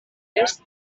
est